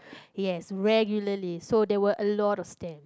yes regularly so there were a lot of stamp